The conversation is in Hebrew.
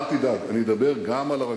אל תדאג, אני אדבר גם על הרכבת.